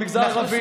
במגזר הערבי.